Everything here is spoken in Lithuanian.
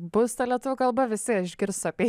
bus ta lietuvių kalba visi išgirs apie